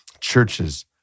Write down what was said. churches